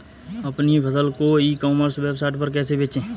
अपनी फसल को ई कॉमर्स वेबसाइट पर कैसे बेचें?